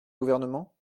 gouvernement